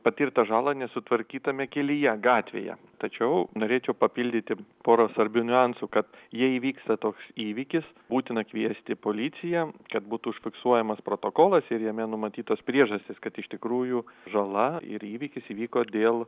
patirtą žalą nesutvarkytame kelyje gatvėje tačiau norėčiau papildyti porą svarbių niuansų kad jei įvyksta toks įvykis būtina kviesti policiją kad būtų užfiksuojamas protokolas ir jame numatytos priežastys kad iš tikrųjų žala ir įvykis įvyko dėl